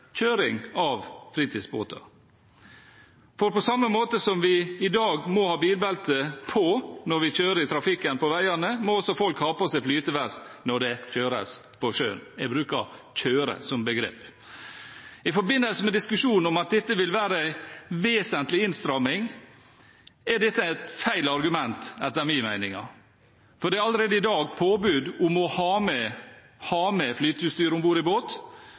kjøring av fritidsbåt. For på samme måte som vi i dag må ha bilbelte på når vi kjører i trafikken på veiene, må folk også ha på seg flytevest når det kjøres på sjøen – jeg bruker «kjøre» som begrep. I forbindelse med diskusjonen om at dette vil være en vesentlig innstramming, er dette et feil argument etter min mening. For det er allerede i dag påbud om å ha med flyteutstyr om bord i båt.